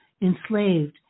enslaved